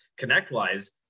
connectwise